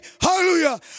hallelujah